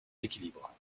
l’équilibre